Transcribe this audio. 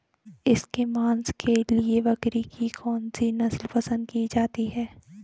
इसके मांस के लिए बकरी की कौन सी नस्ल पसंद की जाती है?